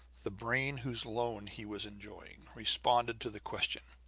the brain whose loan he was enjoying responded to the question.